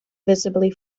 visibly